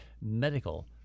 medical